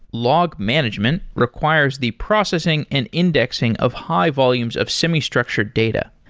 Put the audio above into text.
log management requires the processing and indexing of high volumes of semi structured data.